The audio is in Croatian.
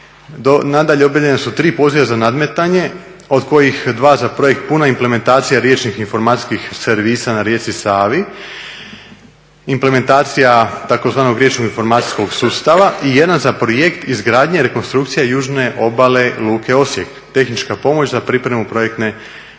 Nadalje, objavljena su 3 poziva za nadmetanje, od kojih 2 za projekt puna implementacija riječnih informacijskih servisa na rijeci Savi, implementacija tzv. riječno informacijskog sustava i jedan za projekt izgradnje rekonstrukcije južne obale luke Osijek, tehnička pomoć za pripremu projektne